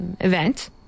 event